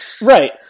Right